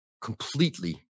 completely